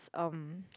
is um